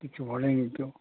কিছু বলে নি তো